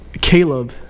Caleb